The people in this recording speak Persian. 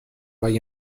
اگه